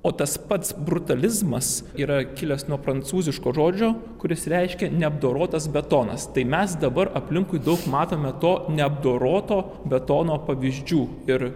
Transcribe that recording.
o tas pats brutalizmas yra kilęs nuo prancūziško žodžio kuris reiškia neapdorotas betonas tai mes dabar aplinkui daug matome to neapdoroto betono pavyzdžių ir